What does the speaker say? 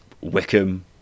Wickham